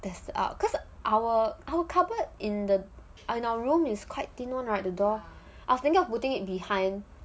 cause our our cupboard in our room is quite small right the door I was thinking of putting it behind